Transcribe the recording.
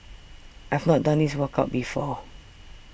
I've not done this workout before